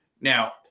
Now